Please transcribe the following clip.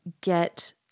get